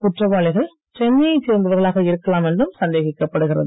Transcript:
குற்றவாளிகள் சென்னையைச் சேர்ந்தவர்களாக இருக்கலாம் என்றும் சந்தேகிக்கப்படுகிறது